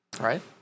right